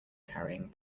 carrying